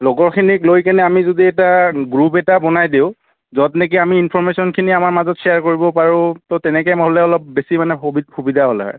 লগৰখিনিক লৈ কেনে আমি যদি এটা গ্ৰোপ এটা বনাই দিওঁ য'ত নেকি আমি ইনফৰ্মেশ্যনখিনি আমাৰ মাজত শ্বেয়াৰ কৰিব পাৰোঁ তো তেনেকৈ হ'লে মানে অলপ বেছি মানে সুবি সুবিধা হ'ল হয়